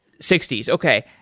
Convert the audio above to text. sixty s. okay.